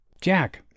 Jack